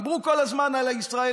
דיברו כל הזמן על הישראלים,